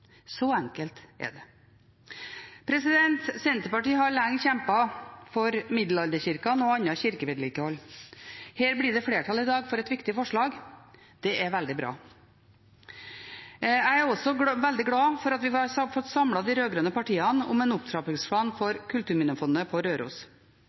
så enkelt er det. Senterpartiet har lenge kjempet for middelalderkirkene og annet kirkevedlikehold. I dag blir det flertall for et viktig forslag. Det er veldig bra. Jeg er også veldig glad for at vi har fått samlet de rød-grønne partiene om en opptrappingsplan